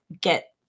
get